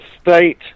state